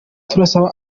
turasaba